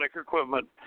equipment